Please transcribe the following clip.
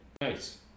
Nice